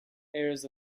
airs